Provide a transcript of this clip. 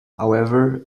however